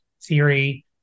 theory